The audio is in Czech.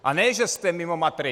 A ne že jste mimo matrix.